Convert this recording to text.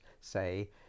say